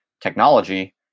technology